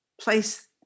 place